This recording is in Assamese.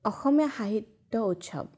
অসমীয়া সাহিত্য উৎসৱ